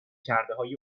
کردههای